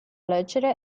leggere